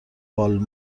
وال